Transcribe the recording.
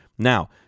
Now